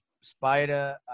Spider